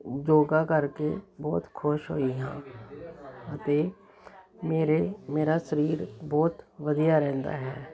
ਯੋਗਾ ਕਰਕੇ ਬਹੁਤ ਖੁਸ਼ ਹੋਈ ਹਾਂ ਅਤੇ ਮੇਰੇ ਮੇਰਾ ਸਰੀਰ ਬਹੁਤ ਵਧੀਆ ਰਹਿੰਦਾ ਹੈ